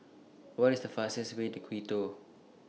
What IS The fastest Way to Quito